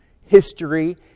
history